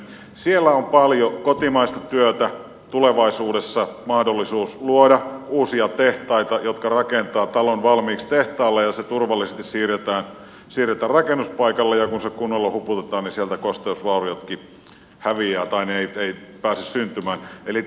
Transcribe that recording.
siellä on paljon kotimaista työtä tulevaisuudessa mahdollisuus luoda uusia tehtaita jotka rakentavat talon valmiiksi tehtaalla ja se turvallisesti siirretään rakennuspaikalle ja kun se kunnolla huputetaan niin siellä kosteusvaurioitakaan ei pääse syntymään